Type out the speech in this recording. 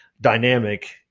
dynamic